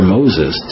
Moses